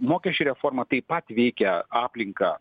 mokesčių reforma taip pat veikia aplinką